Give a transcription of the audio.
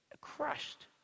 crushed